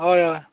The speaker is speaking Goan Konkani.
हय हय